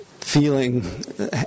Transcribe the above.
feeling